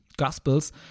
Gospels